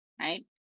right